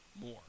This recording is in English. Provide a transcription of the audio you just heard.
more